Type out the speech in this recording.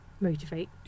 motivate